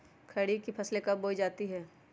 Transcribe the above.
खरीफ की फसल कब उगाई जाती है?